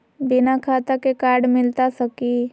बिना खाता के कार्ड मिलता सकी?